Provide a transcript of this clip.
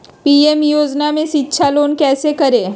PM योजना में शिक्षा लोन कैसे करें?